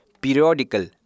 periodical